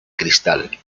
cristal